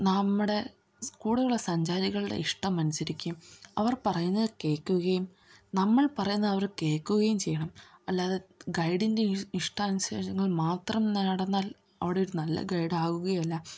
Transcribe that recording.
നമ്മുടെ കൂടെയുള്ള സഞ്ചാരികളുടെ ഇഷ്ടം അനുസരിക്കുകയും അവർ പറയുന്നത് കേൾക്കുകയും നമ്മൾ പറയുന്നത് അവർ കേൾക്കുകയും ചെയ്യണം അല്ലാതെ ഗൈഡിൻ്റെ ഇഷ്ടാനുസരണം മാത്രം നടന്നാൽ അവിടെ ഒരു നല്ല ഗൈഡ് ആവുകയല്ല